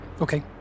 Okay